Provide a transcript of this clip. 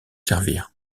servir